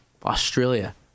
Australia